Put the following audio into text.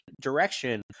direction